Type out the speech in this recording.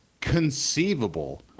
conceivable